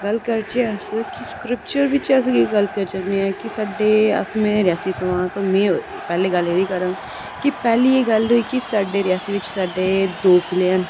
गल्ल करचै अस कि स्क्रीपचुरल बिच अस केह् गल्ल करी सकने आं की साढ़े में रियासी तो आं ते में पैह्ले गल्ल एह्दी करङ पैह्ली एह् गल्ल होई कि साढ़े रियासी बिच साढ़े दो किले हैन